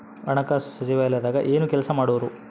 ಹಣಕಾಸು ಸಚಿವಾಲಯದಾಗ ಏನು ಕೆಲಸ ಮಾಡುವರು?